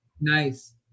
nice